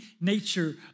nature